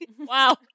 Wow